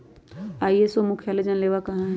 ISO के मुख्यालय Geneva में हइ